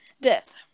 death